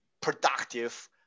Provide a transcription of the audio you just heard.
productive